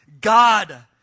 God